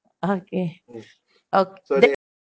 okay oh then